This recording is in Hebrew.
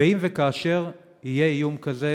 ואם וכאשר יהיה איום כזה,